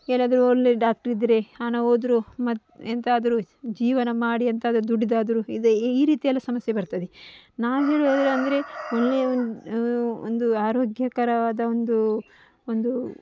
ಯಾರಾದರೂ ಒಳ್ಳೆಯ ಡಾಕ್ಟ್ರು ಇದ್ದರೆ ಹಣ ಹೋದ್ರೂ ಮತ್ತೆ ಎಂಥಾದರು ಜೀವನ ಮಾಡಿ ಎಂಥಾದರು ದುಡಿದಾದರೂ ಇದೇ ಈ ಈ ರೀತಿಯೆಲ್ಲ ಸಮಸ್ಯೆ ಬರ್ತದೆ ನಾನು ಹೇಳುವುದೇನಂದ್ರೆ ಒಳ್ಳೆಯ ಒಂದು ಒಂದು ಆರೋಗ್ಯಕರವಾದ ಒಂದು ಒಂದು